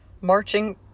marching